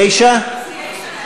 9?